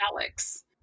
Alex